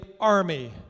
army